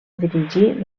dirigir